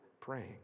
praying